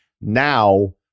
now